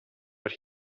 but